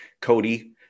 Cody